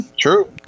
True